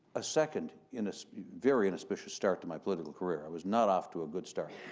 a second in a so very inauspicious start to my political career. i was not off to a good start,